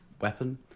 weapon